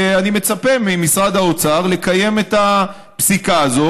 ואני מצפה ממשרד האוצר לקיים את הפסיקה הזו,